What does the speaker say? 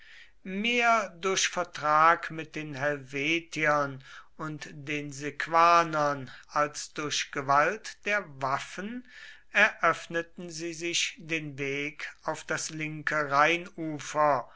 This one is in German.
mehr durch vertrag mit den helvetiern und den sequanern als durch gewalt der waffen eröffneten sie sich den weg auf das linke rheinufer